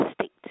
state